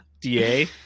DA